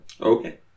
Okay